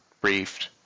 briefed